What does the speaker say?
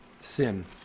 sin